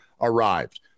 arrived